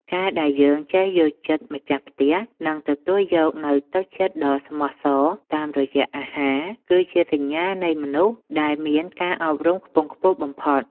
ការដែលយើងចេះយល់ចិត្តម្ចាស់ផ្ទះ និងទទួលយកនូវទឹកចិត្តដ៏ស្មោះសតាមរយៈអាហារ គឺជាសញ្ញានៃមនុស្សដែលមានការអប់រំខ្ពង់ខ្ពស់បំផុត។